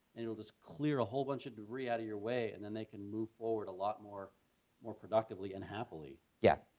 and it'll just clear a whole bunch of debris out of your way, and then they can move forward a lot more more productively and happily. yeah,